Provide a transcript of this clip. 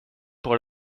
pour